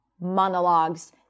monologues